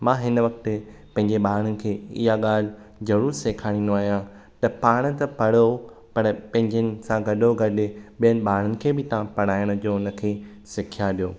मां हिन वक़्ति पंहिंजे ॿारनि खे इहा ॻाल्हि ज़रूर सेखारींदो आहियां त पाण त पढ़ो पर पंहिंजनि सां गॾो गॾु ॿियनि ॿारनि खे बि तव्हां पढ़ाइण जो हुन खे सिख्या ॾियो